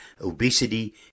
obesity